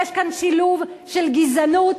יש כאן שילוב של גזענות,